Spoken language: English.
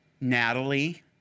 Natalie